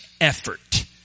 effort